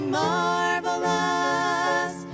marvelous